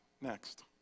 next